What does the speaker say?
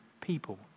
people